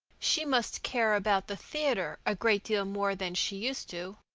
she must care about the theatre a great deal more than she used to.